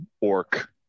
orc